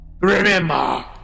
Remember